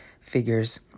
figures